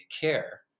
care